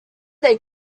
they